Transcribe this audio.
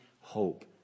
hope